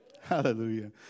Hallelujah